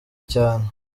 cyane